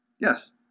Yes